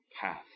path